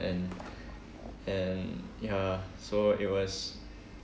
and and ya so it was